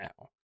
now